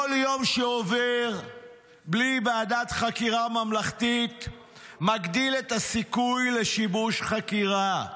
כל יום שעובר בלי ועדת חקירה ממלכתית מגדיל את הסיכוי לשיבוש חקירה,